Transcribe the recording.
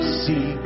see